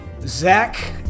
Zach